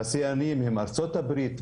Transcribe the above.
השיאנים הם: ארצות הברית,